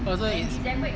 oh so is